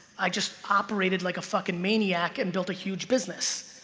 i just operated like a fucking maniac and built a huge business.